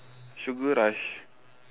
sugar rush